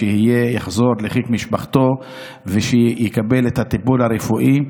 שיחזור לחיק משפחתו ושיקבל את הטיפול הרפואי,